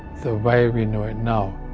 the way we know it now,